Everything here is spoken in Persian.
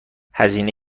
هزینه